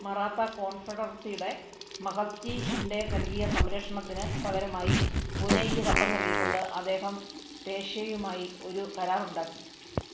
മറാത്ത കോൺഫെഡറസിയുടെ മഹദ്ജി ഷിൻഡെ നൽകിയ സംരക്ഷണത്തിന് പകരമായി പൂനെയ്ക്ക് കപ്പം നൽകി കൊണ്ട് അദ്ദേഹം പേഷ്വയുമായി ഒരു കരാറുണ്ടാക്കി